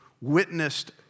witnessed